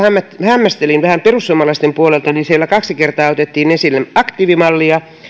hämmästelin vähän perussuomalaisten puolella että siellä kaksi kertaa otettiin esille aktiivimallia ja